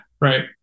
right